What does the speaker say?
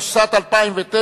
התשס"ט 2009,